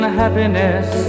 happiness